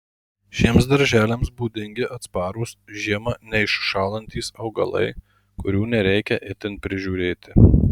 šiems darželiams būdingi atsparūs žiemą neiššąlantys augalai kurių nereikia itin prižiūrėti